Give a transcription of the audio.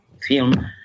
film